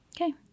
Okay